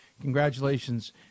congratulations